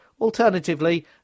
Alternatively